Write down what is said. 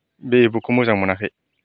बे बुकखौ मोजां मोनाखै